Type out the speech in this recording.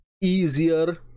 easier